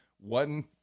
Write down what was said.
one